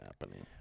happening